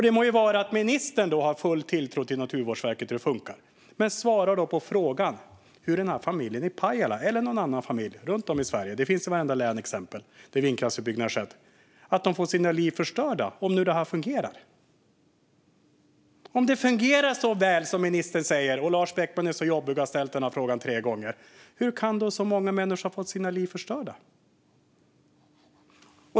Det må vara så att ministern har full tilltro till Naturvårdsverket och hur det funkar där, men svara då på frågan hur den här familjen i Pajala eller någon annan familj i Sverige - det finns exempel i vartenda län där vindkraftsutbyggnad skett - har fått sina liv förstörda om det här nu fungerar. Om det fungerar så väl som ministern säger och Lars Beckman är så jobbig och har ställt den här frågan tre gånger, hur kan då så många människor ha fått sina liv förstörda?